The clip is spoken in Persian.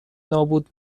نابود